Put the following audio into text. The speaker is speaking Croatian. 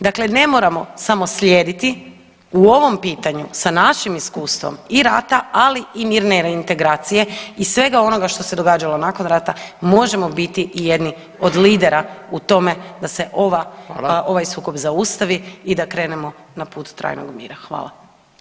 Dakle, ne moramo samo slijediti u ovom pitanju sa našim iskustvom i rata, ali i mirne reintegracije i svega onoga što se događalo nakon rata možemo biti i jedni od lidera u tome da se ova [[Upadica: Hvala.]] ovaj sukob zaustavi i da krenemo na put trajnog mira.